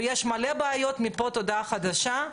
ויש מלא בעיות מפה עד הודעה חדשה,